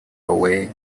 away